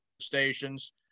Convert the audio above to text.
stations